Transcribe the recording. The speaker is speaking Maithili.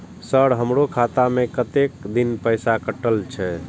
सर हमारो खाता में कतेक दिन पैसा कटल छे?